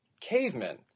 cavemen